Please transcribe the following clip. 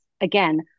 again